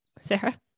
Sarah